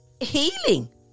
healing